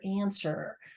answer